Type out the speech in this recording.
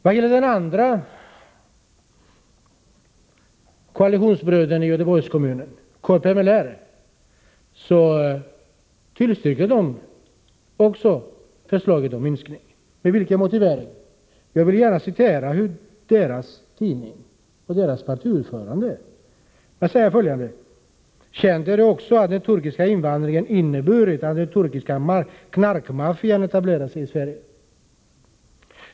Också den andra koalitionsbrodern i Göteborgs kommun, KFML, tillstyrker förslaget om minskning med en motivering som jag gärna vill citera ur deras tidning där partiordföranden säger följande. Känt är också att den turkiska invandringen inneburit att den turkiska knarkmaffian etablerat sig i Sverige.